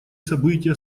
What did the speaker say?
события